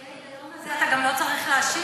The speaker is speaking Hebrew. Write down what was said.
לפי ההיגיון הזה אתה גם לא צריך להשיב,